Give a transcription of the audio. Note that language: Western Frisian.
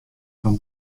fan